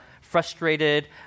frustrated